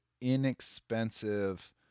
inexpensive